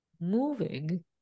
moving